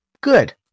good